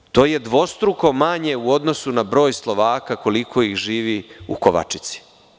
Ali, brojčano to je dvostruko manje u odnosu na broj Slovaka koliko ih živi u Kovačici.